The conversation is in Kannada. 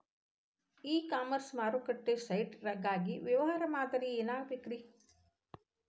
ಇ ಕಾಮರ್ಸ್ ಮಾರುಕಟ್ಟೆ ಸೈಟ್ ಗಾಗಿ ವ್ಯವಹಾರ ಮಾದರಿ ಏನಾಗಿರಬೇಕ್ರಿ?